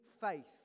faith